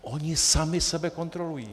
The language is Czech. Oni sami sebe kontrolují.